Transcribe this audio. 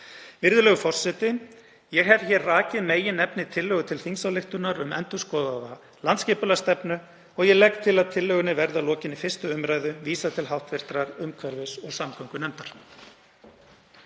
Virðulegur forseti. Ég hef hér rakið meginefni tillögu til þingsályktunar um endurskoðaða landsskipulagsstefnu og legg til að tillögunni verði að lokinni fyrri umræðu vísað til hv. umhverfis- og samgöngunefndar.